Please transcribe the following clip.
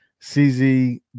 CZ